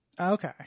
Okay